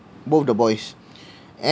both the boys